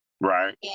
Right